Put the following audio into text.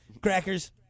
crackers